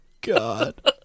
God